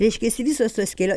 reiškiasi visos to kelio